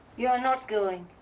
you're not going?